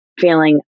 feeling